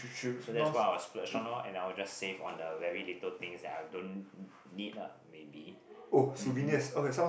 so that's what I will splurge on lor and I will just save on the very little things that I don't need lah maybe um hmm